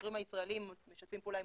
והחוקרים הישראליים משתפים פעולה עם